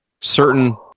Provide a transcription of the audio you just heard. certain